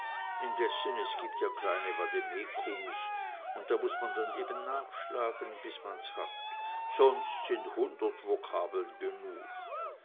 es gibt ja kleine vademekums und da muß man dann eben nachschlagen bis man's hat sonst sind hundert vokabeln genug